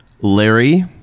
Larry